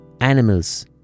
Animals